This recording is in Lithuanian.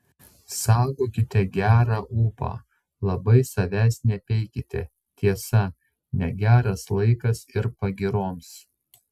saugokite gerą ūpą labai savęs nepeikite tiesa negeras laikas ir pagyroms